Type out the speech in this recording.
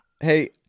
Hey